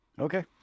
Okay